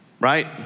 Right